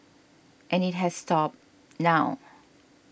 and it has stop now